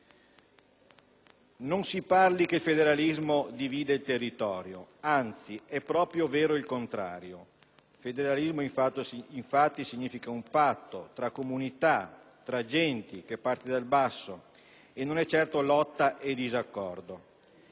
Non si dica che il federalismo divide il territorio, anzi, è proprio vero il contrario: federalismo, infatti, significa un patto tra comunità, tra genti, che parte dal basso e non è certo lotta e disaccordo.